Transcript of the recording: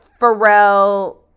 Pharrell